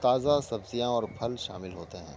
تازہ سبزیاں اور پھل شامل ہوتے ہیں